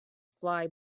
fly